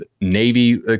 Navy